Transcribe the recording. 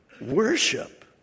worship